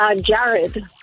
Jared